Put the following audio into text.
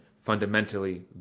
fundamentally